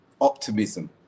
Optimism